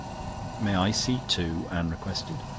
may i see too? anne requested.